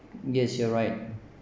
yes you are right